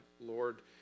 Lord